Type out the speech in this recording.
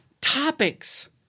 topics